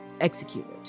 executed